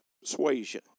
persuasion